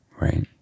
right